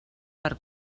per